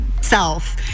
self